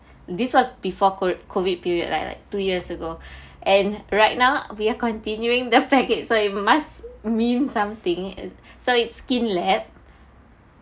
this was before CO~ COVID period like like two years ago and right now we are continuing the package so it must mean something is so it's skin lab